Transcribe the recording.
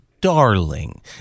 darling